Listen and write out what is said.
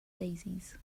daisies